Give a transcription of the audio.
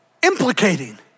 Implicating